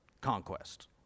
conquest